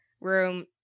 room